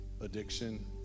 addiction